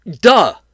duh